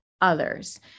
others